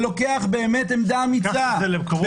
שלוקח באמת עמדה אמיצה -- לקחת את זה למקומות כאלה נמוכים.